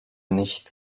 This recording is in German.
nicht